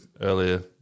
earlier